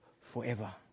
forever